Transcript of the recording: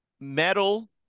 metal